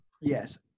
Yes